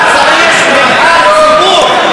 אמר שצריך נבחר ציבור,